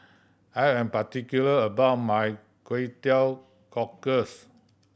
I am particular about my Kway Teow Cockles